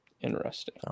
Interesting